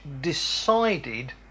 decided